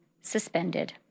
suspended